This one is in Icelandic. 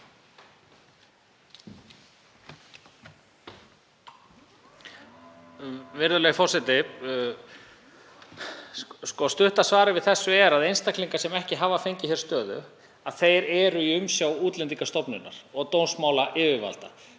Virðulegi forseti. Stutta svarið við þessu er að einstaklingar sem ekki hafa fengið stöðu hér eru í umsjá Útlendingastofnunar og dómsmálayfirvalda.